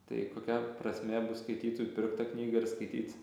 tai kokia prasmė bus skaitytojui pirkt tą knygą ir skaityt